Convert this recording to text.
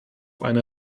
eine